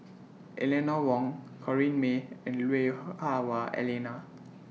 Eleanor Wong Corrinne May and Lui Hah Wah Elena